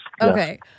Okay